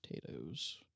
potatoes